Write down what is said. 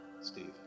Steve